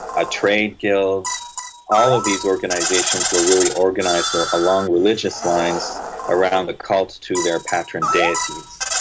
a trade guild all of these organisations were really organised ah along religious lines around a cult to their patron deities.